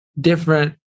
different